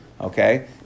Okay